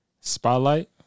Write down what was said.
Spotlight